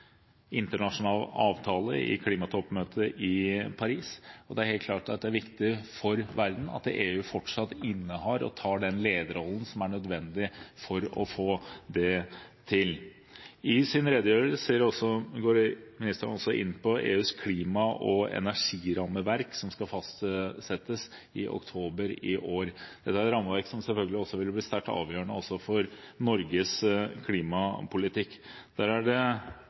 internasjonal avtale i klimatoppmøtet i Paris, og det er helt klart at det er viktig for verden at EU fortsatt innehar og tar den lederrollen som er nødvendig for å få det til. I sin redegjørelse går ministeren også inn på EUs klima- og energirammeverk som skal fastsettes i oktober i år. Dette er et rammeverk som selvfølgelig vil bli sterkt avgjørende også for Norges klimapolitikk. Det er